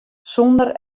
sûnder